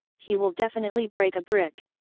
he will definitely break a brick!